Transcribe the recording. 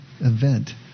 event